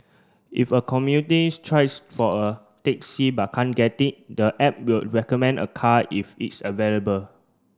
if a communities tries for a taxi but can't get it the app will recommend a car if it's available